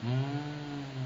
um